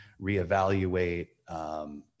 reevaluate